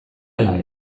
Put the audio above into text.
ala